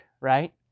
right